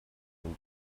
nun